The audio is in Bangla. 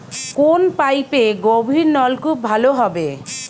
কোন পাইপে গভিরনলকুপ ভালো হবে?